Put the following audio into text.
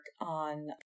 on